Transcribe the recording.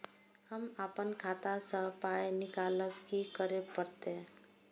हम आपन खाता स पाय निकालब की करे परतै?